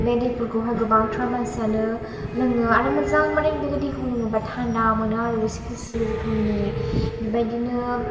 बे दैफोरखौहाय गोबांथार मानसियानो लोङो आरो मोजां माने बे दैखौ लोङोबा थान्दा मोनो आरो एसे गुसु रोखोमनि बेबायदिनो